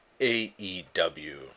AEW